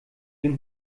den